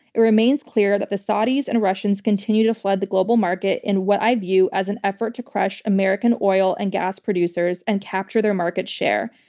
it remains clear that the saudis and russians continue to flood the global market in what i view as an effort to crush american oil and gas producers and capture their market share.